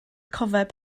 cofeb